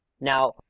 Now